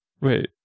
Wait